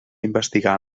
investigar